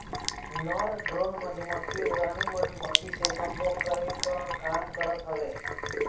नर ड्रोन मधुमक्खी रानी मधुमक्खी से सम्भोग करे कअ काम करत हवे